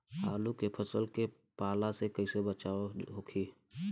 आलू के फसल के पाला से कइसे बचाव होखि?